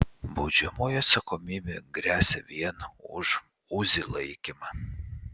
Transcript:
baudžiamoji atsakomybė gresia vien už uzi laikymą